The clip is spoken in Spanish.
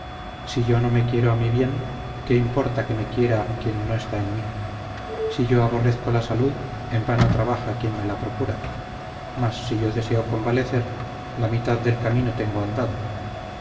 si yo no me quiero a mi bien qué importa que me quiera quien no esta en mí si yo aborrezco la salud en vano trabaja quien me la procura mas si yo deseo convalecer la mitad del camino tengo andado